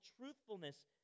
truthfulness